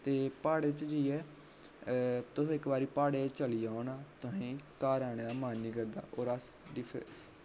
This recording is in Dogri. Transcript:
ते प्हाड़ें च जेइयै तुस इक बारी प्हाड़ें च चली जाओ ना तोहें ई घर आने दा मन निं करदा होर अस